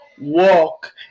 walk